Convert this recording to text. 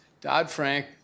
Dodd-Frank